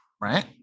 right